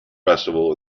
festival